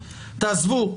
תעזבו,